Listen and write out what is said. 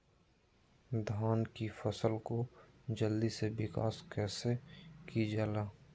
धान की फसलें को जल्दी से विकास कैसी कि जाला?